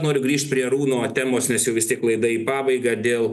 noriu grįš prie arūno temos nes jau vis tiek laida į pabaigą dėl